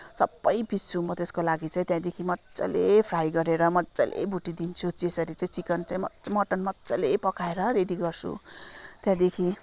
सबै पिस्छु म त्यसको लागि चाहिँ त्यहाँदेखि मज्जाले फ्राई गरेर मज्जाले भुटिदिन्छु त्यसरी चाहिँ चिकन चाहिँ मटन मज्जाले पकाएर रेडी गर्छु त्यहाँदेखि